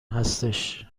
هستش